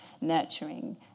nurturing